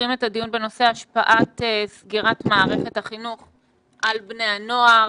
פותחים את הדיון בנושא השפעת סגירת מערכת החינוך על בני הנוער.